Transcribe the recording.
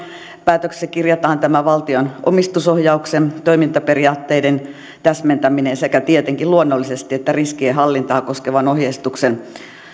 päätökseksi kirjataan tämä valtion omistusohjauksen toimintaperiaatteiden täsmentäminen sekä tietenkin luonnollisesti se että riskienhallintaa koskevan ohjeistuksen valtio omisteiselle yhtiölle